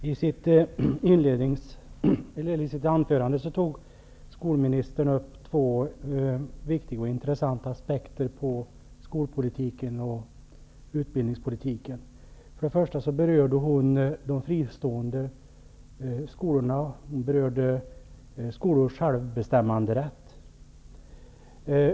Herr talman! I sitt anförande tog skolministern upp två viktiga och intressanta aspekter på skolpolitiken och utbildningspolitiken. För det första berörde hon de fristående skolorna och skolors självbestämmanderätt.